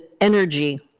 energy